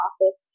office